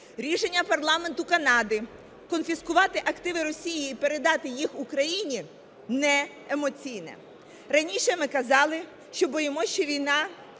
рішення парламенту Канади конфіскувати активи Росії і передати їх Україні – не емоційне. Раніше ми казали, що боїмося, що війна